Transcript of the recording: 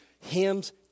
Hymns